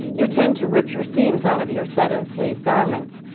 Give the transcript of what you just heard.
you tend to rip your seams out of your set-in sleeve garments.